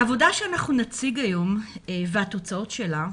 העבודה שנציג היום, והתוצאות שלה,